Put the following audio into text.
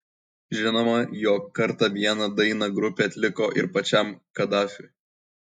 žinoma jog kartą vieną dainą grupė atliko ir pačiam kadafiui